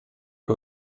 che